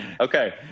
Okay